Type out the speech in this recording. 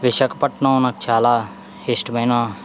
విశాఖపట్నం నాకు చాలా ఇష్టమైన